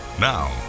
Now